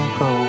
go